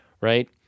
right